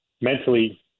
mentally